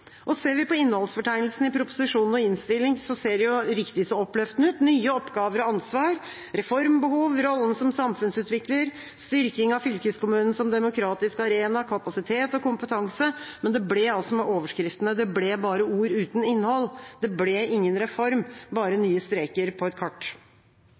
nivå. Ser vi på innholdsfortegnelsen i proposisjon og innstilling, ser det jo riktig så oppløftende ut: Nye oppgaver og nytt ansvar, reformbehov, rollen som samfunnsutvikler, styrking av fylkeskommunen som demokratisk arena, kapasitet og kompetanse. Men det ble med overskriftene. Det ble bare ord uten innhold. Det ble ingen reform, bare